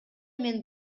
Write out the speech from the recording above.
мен